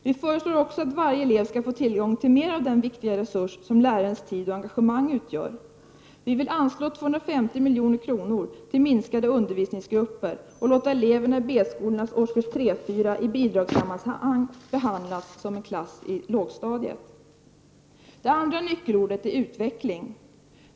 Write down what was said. Vi föreslår också att varje elev skall få tillgång till mer av den viktiga resurs som lärarens tid och engagemang utgör. Vi vill anslå 250 milj.kr. till minskade undervisningsgrupper och låta eleverna i B-skolans årskurs 3/4 i bidragssammanhang behandlas som en klass i lågstadiet. Det andra nyckelordet är utveckling.